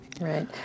right